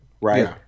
Right